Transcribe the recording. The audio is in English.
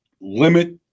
limit